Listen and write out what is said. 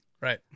Right